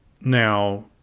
now